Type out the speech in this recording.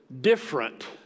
different